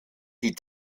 die